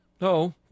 No